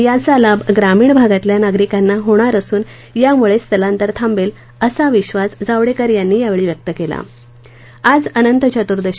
याचा लाभ ग्रामीण भागातल्या नागरिकांना होणार असून यामुळे स्थालांतर थांबेल असा विश्वास जावडेकर यांनी यावेळी बोलताना व्यक्त केली आज अनंत चतुर्दशी